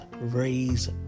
raise